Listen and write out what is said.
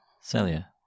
Celia